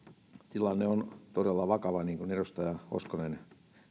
tilanne on todella vakava niin kuin edustaja hoskonen